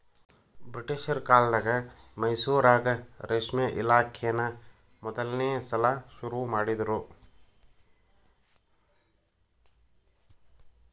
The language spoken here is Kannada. ಬ್ರಿಟಿಷರ ಕಾಲ್ದಗ ಮೈಸೂರಾಗ ರೇಷ್ಮೆ ಇಲಾಖೆನಾ ಮೊದಲ್ನೇ ಸಲಾ ಶುರು ಮಾಡಿದ್ರು